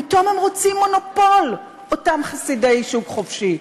פתאום הם רוצים מונופול, אותם חסידי שוק חופשי.